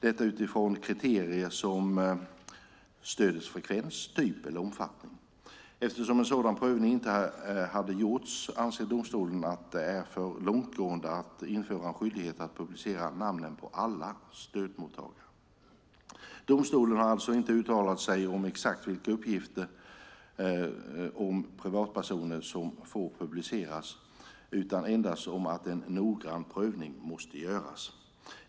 Detta bedöms utifrån kriterier som stödets frekvens, typ eller omfattning. Eftersom en sådan prövning inte hade gjorts anser domstolen att det är för långtgående att införa en skyldighet att publicera namnen på alla stödmottagare. Domstolen har alltså inte uttalat sig om exakt vilka uppgifter om privatpersoner som får publiceras utan endast om att en noggrann prövning måste göras.